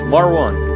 Marwan